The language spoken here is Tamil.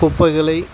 குப்பைகளை